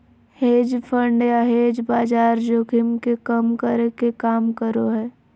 hedge fund या hedge बाजार जोखिम के कम करे के काम करो हय